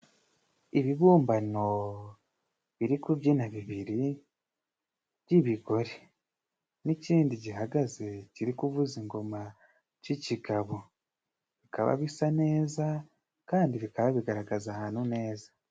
Ibibumbano biri kubyina bibiri by'ibigore n'ikindi gihagaze kiri kuvuza ingoma c'ikigabo bikaba bisa neza kandi bikaba bigaragaza ahantu neza.